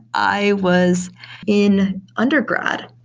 i was in underground.